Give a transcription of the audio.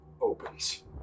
opens